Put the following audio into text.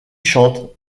chante